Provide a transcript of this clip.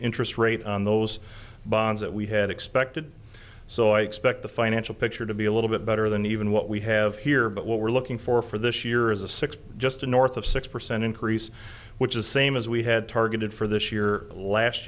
interest rate on those bonds that we had expected so i expect the financial picture to be a little bit better than even what we have here but what we're looking for for this year is a six just north of six percent increase which is same as we had targeted for this year last